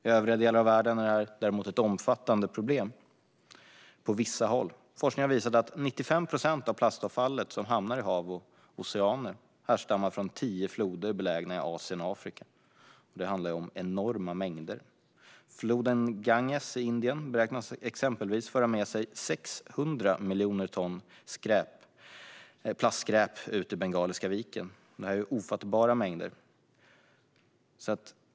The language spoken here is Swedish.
I övriga delar av världen är detta däremot ett omfattande problem - på vissa håll. Forskning har visat att 95 procent av det plastavfall som hamnar i hav och oceaner härstammar från tio floder belägna i Asien och Afrika. Det handlar om enorma mängder. Floden Ganges i Indien beräknas exempelvis föra med sig 600 miljoner ton plastskräp ut i Bengaliska viken. Det är ofattbara mängder.